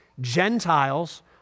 Gentiles